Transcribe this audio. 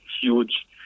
huge